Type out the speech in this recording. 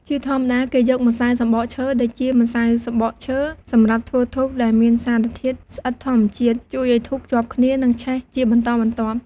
ជាធម្មតាគេយកម្សៅសំបកឈើ ដូចជា ម្សៅសំបកឈើ សម្រាប់ធ្វើធូប ដែលមានសារធាតុស្អិតធម្មជាតិ ជួយឱ្យធូបជាប់គ្នា និងឆេះជាបន្តបន្ទាប់។